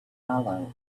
hollow